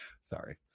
Sorry